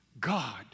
God